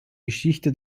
geschichte